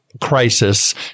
crisis